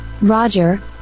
Roger